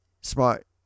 Smart